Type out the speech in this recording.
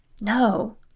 No